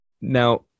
Now